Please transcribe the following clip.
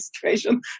situation